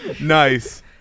Nice